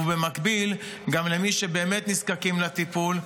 ובמקביל, גם במי שבאמת נזקקים לטיפול,